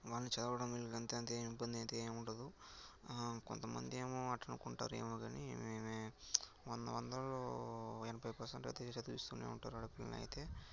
వాళ్ళని చదవడం ఇదంత ఇబ్బందైతే ఏమి ఉండదు కొంత మందేమో అట్ట అనుకుంటారేమోగానీ మేము వందవందలో ఎనభై పెర్సెంట్ అయితే చదివిపిస్తూనే ఉంటారు ఆడపిల్లనైతే